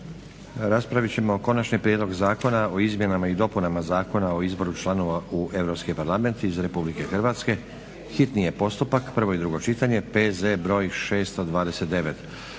Raspravit ćemo - Konačni Prijedlog zakona o izmjenama i dopunama Zakona o izboru članova u Europski Parlament iz Republike Hrvatske, hitni postupak, prvo i drugo čitanje, P.Z. br. 629